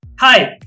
Hi